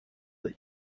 that